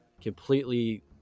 completely